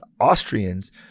Austrians